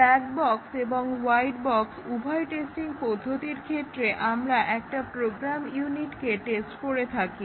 black box এবং white box উভয় testing পদ্ধতির ক্ষেত্রে আমরা একটা প্রোগ্রাম ইউনিটকে টেস্ট করে থাকি